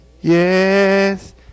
Yes